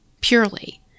purely